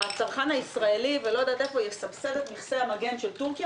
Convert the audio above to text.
הצרכן הישראלי יסבסד את מכסי המגן שטורקיה